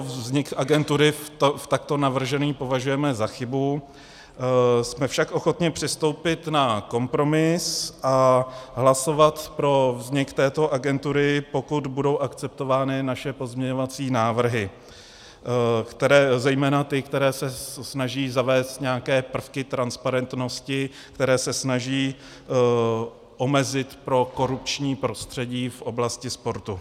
Vznik agentury takto navržený považujeme za chybu, jsme však ochotni přistoupit na kompromis a hlasovat pro vznik této agentury, pokud budou akceptovány naše pozměňovacími návrhy, zejména ty, které se snaží zavést nějaké prvky transparentnosti, které se snaží omezit prokorupční prostředí v oblasti sportu.